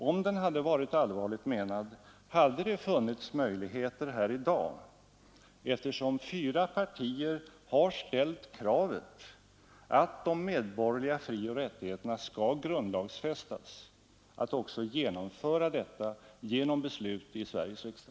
Om den hade varit allvarligt menad, hade det funnits möjligheter här i dag, eftersom fyra partier har ställt kravet att de medborgerliga frioch rättigheterna skall grundlagfästas, att också genomföra detta genom beslut i Sveriges riksdag.